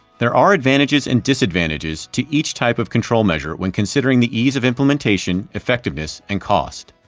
there are advantages and disadvantages to each type of control measure when considering the ease of implementation, effectiveness, and cost.